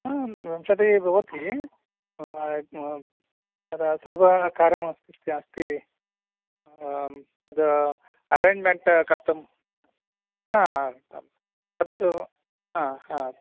ह विंशतिः भवति तदा सर्वं कार्यं तस्य अस्ति तद् अरेञ्ज्मेण्ट् कर्तुं ह तत्तु ह ह